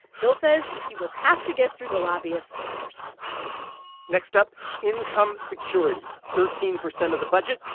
bill says, he will have to get through the lobbyists first next up income security, thirteen percent of the budget.